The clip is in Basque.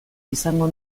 izango